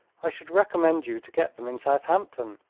i should recommend you to get them in southampton,